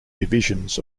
divisions